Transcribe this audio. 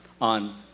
on